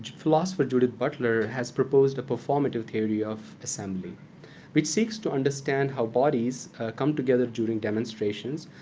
philosopher judith butler has proposed a performative theory of assembly which seeks to understand how bodies come together during demonstrations,